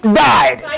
died